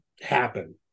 happen